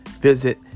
Visit